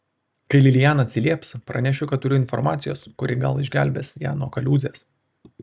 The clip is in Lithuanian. kai liliana atsilieps pranešiu kad turiu informacijos kuri gal išgelbės ją nuo kaliūzės